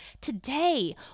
today